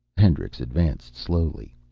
hendricks advanced slowly.